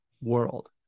world